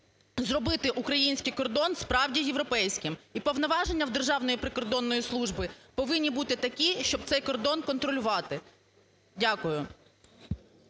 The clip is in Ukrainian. зробити український кордон справді європейським. І повноваження у Державної прикордонної служби повинні бути такі, щоб цей кордон контролювати. Дякую.